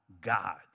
God